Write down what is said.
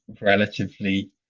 relatively